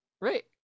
Right